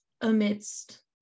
amidst